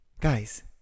guys